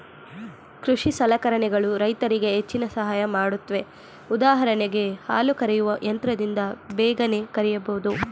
ಕೃಷಿ ಸಲಕರಣೆಗಳು ರೈತರಿಗೆ ಹೆಚ್ಚಿನ ಸಹಾಯ ಮಾಡುತ್ವೆ ಉದಾಹರಣೆಗೆ ಹಾಲು ಕರೆಯುವ ಯಂತ್ರದಿಂದ ಬೇಗನೆ ಕರೆಯಬೋದು